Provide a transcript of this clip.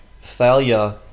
failure